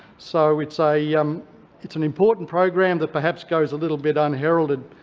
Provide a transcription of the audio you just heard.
so it's ah yeah um it's an important program that perhaps goes a little bit unheralded.